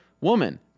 woman